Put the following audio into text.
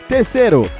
Terceiro